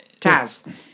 Taz